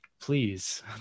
please